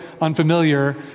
unfamiliar